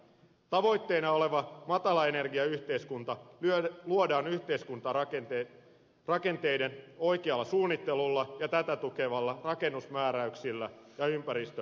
tavoitteena oleva matalaenergiayhteiskunta luodaan yhteiskuntarakenteiden oikealla suunnittelulla ja tätä tukevilla rakennusmääräyksillä ja ympäristöverotuksella